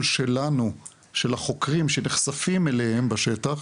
שלנו של החוקרים שנחשפים אליהם בשטח,